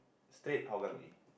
straight Hougang already